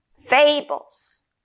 Fables